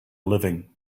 living